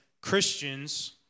Christians